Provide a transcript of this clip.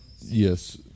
Yes